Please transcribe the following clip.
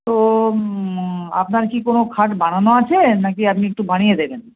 তো আপনার কি কোনো খাট বানানো আছে না কি আপনি একটু বানিয়ে দেবেন